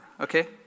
Okay